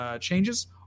changes